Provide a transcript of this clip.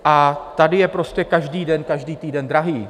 A tady je prostě každý den, každý týden drahý.